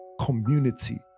community